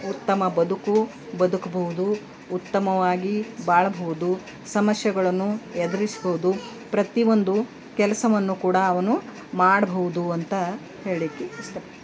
ಉತ್ತಮ ಬದುಕು ಬದುಕಭೌದು ಉತ್ತಮವಾಗಿ ಬಾಳಭೌದು ಸಮಸ್ಯೆಗಳನ್ನು ಎದ್ರಿಸ್ಬೌದು ಪ್ರತಿ ಒಂದು ಕೆಲಸವನ್ನು ಕೂಡ ಅವನು ಮಾಡಭೌದು ಅಂತ ಹೇಳ್ಲಿಕ್ಕೆ ಇಷ್ಟ